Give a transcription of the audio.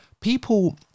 people